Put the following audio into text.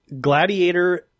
gladiator